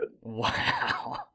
Wow